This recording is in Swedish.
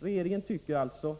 Regeringen delar säkert